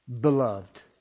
Beloved